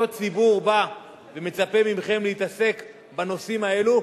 אותו ציבור בא ומצפה מכם להתעסק בנושאים האלה.